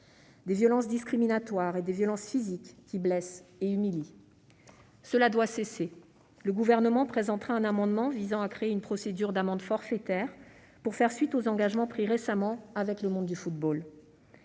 des violences discriminatoires et des violences physiques qui blessent et humilient. Ces violences doivent cesser ! Le Gouvernement défendra donc un amendement visant à créer une procédure d'amende forfaitaire en la matière, à la suite des engagements pris récemment avec le monde du football.